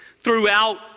Throughout